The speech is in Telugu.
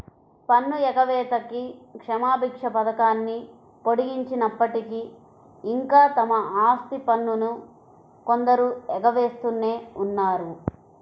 పన్ను ఎగవేతకి క్షమాభిక్ష పథకాన్ని పొడిగించినప్పటికీ, ఇంకా తమ ఆస్తి పన్నును కొందరు ఎగవేస్తూనే ఉన్నారు